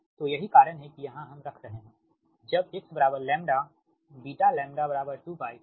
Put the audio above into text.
तो यही कारण है कि यहाँ हम रख रहे हैं कि जब x λ βλ 2π ठीक